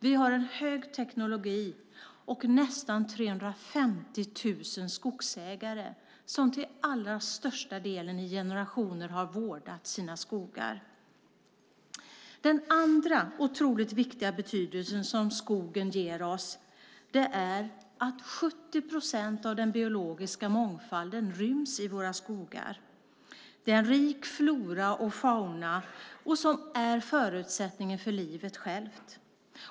Vi har högteknologi och nästan 350 000 skogsägare som till allra största delen i generationer har vårdat sina skogar. Den andra otroligt viktiga betydelsen som skogen har är att 70 procent av den biologiska mångfalden ryms i våra skogar. Det är en rik flora och fauna som är förutsättningen för livet självt.